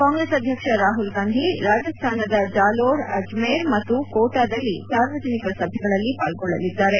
ಕಾಂಗ್ರೆಸ್ ಅಧ್ಯಕ್ಷ ರಾಹುಲ್ ಗಾಂಧಿ ರಾಜಸ್ದಾನದ ಜಾಲೋರ್ ಅಜ್ಟೇರ್ ಮತ್ತು ಕೋಟಾದಲ್ಲಿ ಸಾರ್ವಜನಿಕ ಸಭೆಗಳಲ್ಲಿ ಪಾಲ್ಗೊಳ್ಳಲಿದ್ದಾರೆ